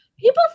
People